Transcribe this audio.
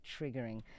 triggering